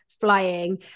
flying